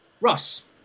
Russ